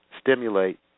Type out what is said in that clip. stimulate